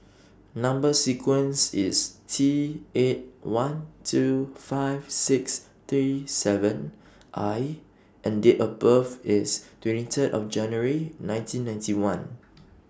Number sequence IS T eight one two five six three seven I and Date of birth IS twenty Third of January nineteen ninety one